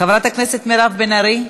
חברת הכנסת מירב בן ארי,